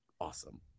awesome